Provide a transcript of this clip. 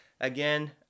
Again